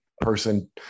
person